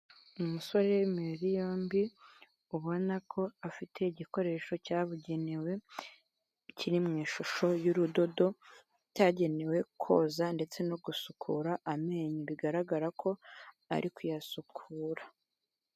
Umusore w'imibiri yombi ubona ko afite igikoresho cyabugenewe, kiri mu ishusho y'urudodo cyagenewe koza ndetse no gusukura amenyo bigaragara ko ari kuyasukura.